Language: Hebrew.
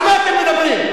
על מה אתם מדברים?